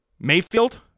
Mayfield